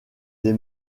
des